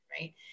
Right